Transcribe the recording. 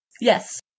Yes